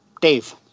Dave